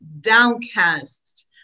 downcast